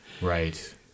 Right